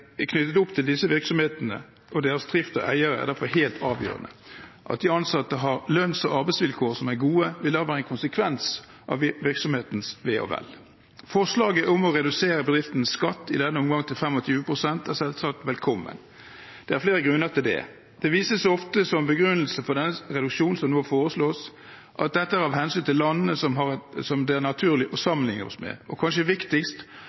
knyttet opp til disse virksomhetene og deres drift og eiere, er derfor helt avgjørende. At de ansatte har lønns- og arbeidsvilkår som er gode, vil da være en konsekvens av virksomhetens ve og vel. Forslaget om å redusere bedriftenes skatt, i denne omgang til 25 pst., er selvsagt velkomment. Det er flere grunner til det. Som begrunnelse for denne reduksjonen som nå foreslås, vises det ofte til at dette er av hensyn til landene som det er naturlig å sammenligne oss med, og, kanskje viktigst,